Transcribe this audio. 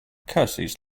curses